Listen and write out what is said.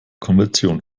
konvention